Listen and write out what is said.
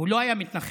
הוא לא היה מתנחל.